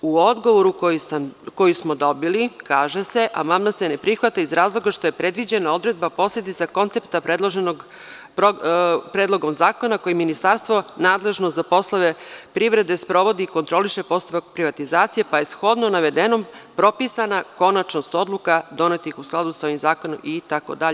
U odgovoru koji smo dobili kaže se – amandman se ne prihvata iz razloga što je predviđena odredba posledica koncepta predloga zakona koje ministarstvo nadležno za poslove privrede sprovodi i kontroliše postupak privatizacije, pa je shodno navedenom propisana konačnost odluka donetih u skladu sa ovim zakonom itd.